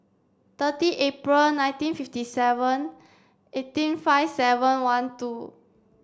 thirty April nineteen fifty seven eighteen five seven one two